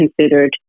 considered